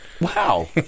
wow